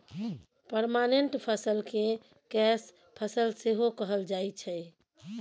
permanent फसल केँ कैस फसल सेहो कहल जाइ छै